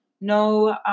No